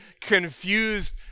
confused